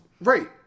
Right